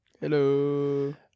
Hello